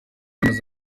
amaze